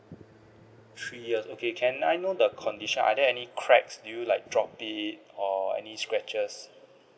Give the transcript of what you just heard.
three years okay can I know the conditions are there any cracks do you like drop it or any scratches